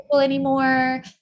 anymore